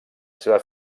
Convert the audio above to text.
seua